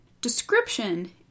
Description